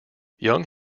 young